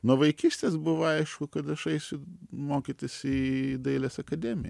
nuo vaikystės buvo aišku kad aš eisiu mokytis į dailės akademiją